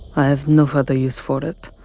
i have no further use for it.